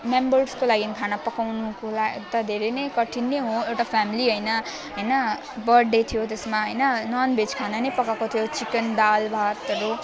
मेम्बर्सको लागि खाना पकाउनुको त धेरै नै कठिन नै हो एउटा फ्यामली हैन हैन बर्डडे थियो त्यसमा हैन ननभेज खाना नै पकाएको थियो चिकन दाल भातहरू